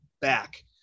back